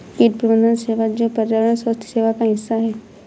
कीट प्रबंधन सेवा जो पर्यावरण स्वास्थ्य सेवा का हिस्सा है